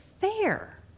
fair